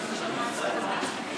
להפוך את הצעת חוק